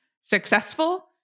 successful